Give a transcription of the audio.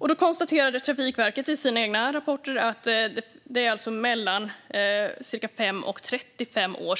Trafikverket konstaterade i sina egna rapporter att det tar mellan 5 och 35 år